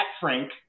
Frank